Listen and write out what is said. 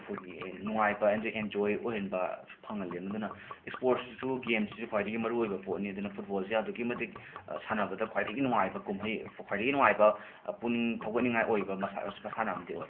ꯑꯩꯈꯣꯏꯒꯤ ꯅꯨꯡꯉꯥꯏꯕ and enjoy ꯑꯣꯏꯍꯟꯕ ꯐꯪꯍꯜꯂꯤ ꯃꯗꯨꯅ ꯏꯁꯄꯣꯔꯁꯁꯤꯁꯨ ꯒꯦꯝꯁꯁꯤꯁꯨ ꯈ꯭ꯋꯥꯏꯗꯒꯤ ꯃꯔꯨꯑꯣꯏꯕ ꯄꯣꯠꯅꯤ ꯑꯗꯨꯅ ꯐꯨꯠꯕꯣꯜꯁꯦ ꯑꯗꯨꯛꯀꯤ ꯃꯇꯤꯛ ꯁꯥꯟꯅꯕꯗ ꯈ꯭ꯋꯥꯏꯗꯒꯤ ꯅꯨꯡꯉꯥꯏꯕ ꯀꯨꯝꯍꯩ ꯈ꯭ꯋꯥꯏꯗꯒꯤ ꯅꯨꯉꯥꯏꯕ ꯄꯨꯛꯅꯤꯡ ꯊꯧꯒꯠꯅꯤꯡꯉꯥꯏ ꯑꯣꯏꯕ ꯃꯁꯥ ꯃꯟꯁꯥꯅ ꯑꯝꯗꯤ ꯑꯣꯏ